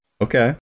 Okay